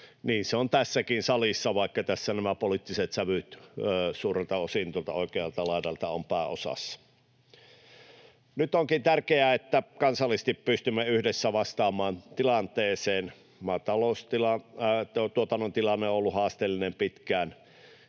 niin se on tässäkin salissa, vaikka tässä nämä poliittiset sävyt tuolta oikealta laidalta ovat suurelta osin pääosassa. Nyt onkin tärkeää, että kansallisesti pystymme yhdessä vastaamaan tilanteeseen. Maataloustuotannon tilanne on ollut haasteellinen pitkään